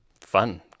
Fun